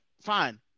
fine